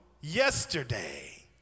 yesterday